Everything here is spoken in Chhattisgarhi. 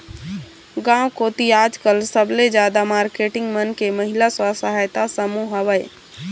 गांव कोती आजकल सबले जादा मारकेटिंग मन के महिला स्व सहायता समूह हवय